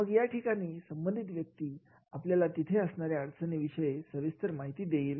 मग याठिकाणी संबंधित व्यक्ती आपल्याला तिथे असणारे अडचणींविषयी सविस्तर माहिती देईल